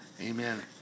Amen